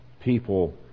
People